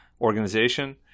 organization